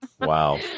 Wow